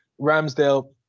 Ramsdale